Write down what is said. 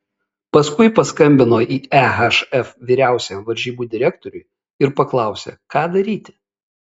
paskui paskambino į ehf vyriausiajam varžybų direktoriui ir paklausė ką daryti